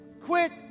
Quit